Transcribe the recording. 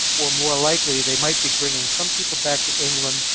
or more likely they might be bringing some people back to england,